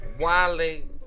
Wally